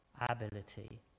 ability